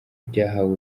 byahawe